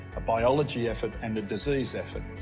a biology effort and a disease effort.